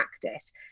practice